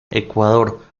ecuador